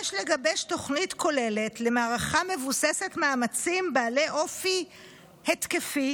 "יש לגבש תוכנית כוללת למערכה מבוססת מאמצים בעלי אופי התקפי